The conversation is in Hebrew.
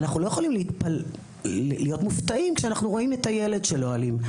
אנחנו לא יכולים להיות מופתעים כשאנחנו רואים את הילד שלו אלים.